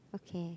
okay